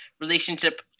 relationship